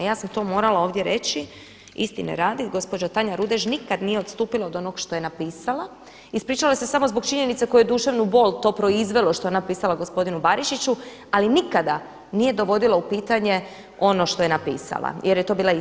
Ja sam to morala ovdje reći, istine radi gospođa Tanja Rudež nikad nije odstupila od onoga što je napisala, ispričala se samo zbog činjenice koju je duševnu bol to proizvelo što je ona napisala o gospodinu Barišiću ali nikada nije dovodila u pitanje ono što je napisala jer je to bila istina.